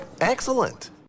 Excellent